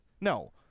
no